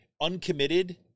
uncommitted